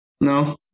No